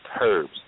herbs